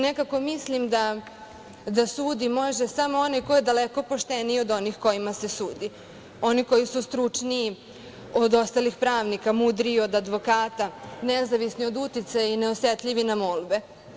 Nekako mislim da sudi može samo onaj ko je daleko pošteniji od onih kojima se sudi, oni koji su stručniji od ostalih pravnika, mudriji od advokata, nezavisni od uticaja i neosetljivi na molbe.